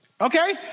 Okay